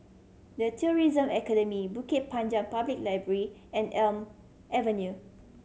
The Tourism Academy Bukit Panjang Public Library and Elm Avenue